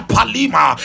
Palima